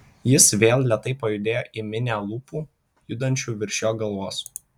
jis vėl lėtai pajudėjo į minią lūpų judančių virš jo galvos